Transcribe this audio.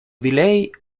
delay